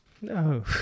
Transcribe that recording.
No